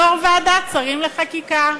יושב-ראש ועדת השרים לחקיקה.